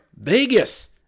Vegas